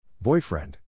Boyfriend